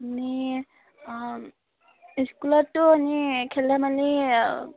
এনেই স্কুলতটো এনেই খেল ধেমালি